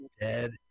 dead